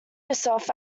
yourself